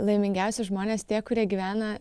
laimingiausi žmonės tie kurie gyvena